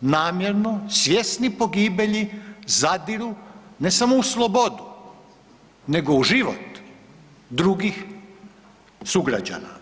namjerno, svjesni pogibelji zadiru ne samo u slobodu nego u život drugih sugrađana.